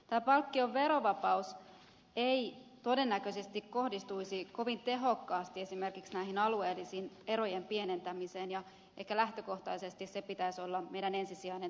tämä palkkion verovapaus ei todennäköisesti kohdistuisi kovin tehokkaasti esimerkiksi näiden alueellisten erojen pienentämiseen ja ehkä lähtökohtaisesti sen pitäisi olla meidän ensisijainen tavoitteemme